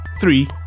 Three